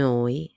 Noi